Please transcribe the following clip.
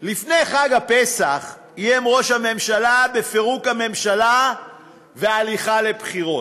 לפני חג הפסח איים ראש הממשלה בפירוק הממשלה והליכה לבחירות.